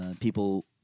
people